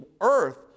earth